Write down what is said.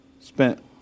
spent